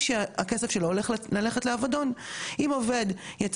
אם עובד יצא מישראל ולא לקח את הכספים שלו,